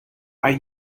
are